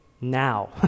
now